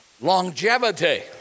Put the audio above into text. longevity